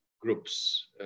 groups